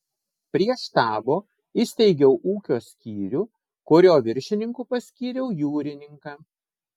prie štabo įsteigiau ūkio skyrių kurio viršininku paskyriau jūrininką